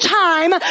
time